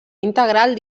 integral